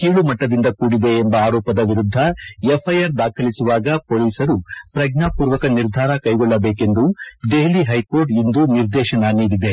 ಕೀಳುಮಟ್ಟದಿಂದ ಕೂಡಿದ ಎಂಬ ಆರೋಪದ ವಿರುದ್ದ ಎಫ್ಐಆರ್ ದಾಖಲಿಸುವಾಗ ಕೈಗೊಳ್ಳಬೇಕೆಂದು ದೆಹಲಿ ಷ್ಯಕೋರ್ಟ್ ಇಂದು ನಿರ್ದೇಶನ ನೀಡಿದೆ